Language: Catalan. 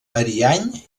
ariany